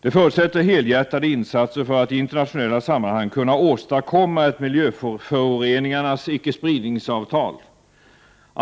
Detta förutsätter helhjärtade insatser för att i internationella sammanhang kunna åstadkomma ett miljöföroreningarnas icke-spridningsavtal.